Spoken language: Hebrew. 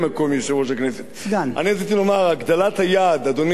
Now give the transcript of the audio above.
רציתי לומר, הגדלת היעד, אדוני שר האוצר,